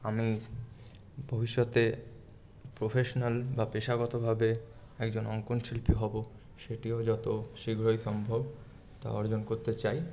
আমি ভবিষ্যতে প্রফেশনাল বা পেশাগতভাবে একজন অঙ্কন শিল্পী হবো সেটিও যতো শীঘ্রই সম্ভব তা অর্জন করতে চাই